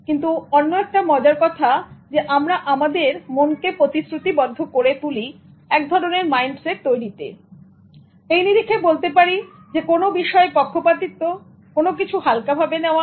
কিন্তু অন্যএকটা মজার কথা যে আমরা আমাদের মনকে প্রতিশ্রুতিবদ্ধ করে তুলি এক ধরনের মাইন্ডসেট তৈরীতে এই নিরিখে বলতে পারি কোন বিষয়ে পক্ষপাতিত্ব কোন কিছু হালকাভাবে নেওয়া